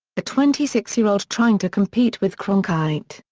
a twenty six year old trying to compete with cronkite,